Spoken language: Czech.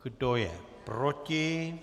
Kdo je proti?